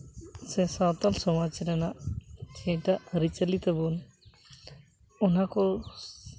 ᱥᱮ ᱥᱟᱶᱛᱟᱞ ᱥᱚᱢᱟᱡᱽ ᱨᱮᱱᱟᱜ ᱪᱮᱫᱟᱜ ᱟᱹᱨᱤᱪᱟᱹᱞᱤ ᱛᱟᱵᱚᱱ ᱚᱱᱟᱠᱚ